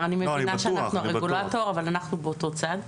אני מבינה שאנחנו הרגולטור, אבל אנחנו באותו צד.